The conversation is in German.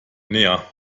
näher